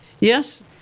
Yes